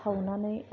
सावनानै